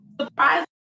surprise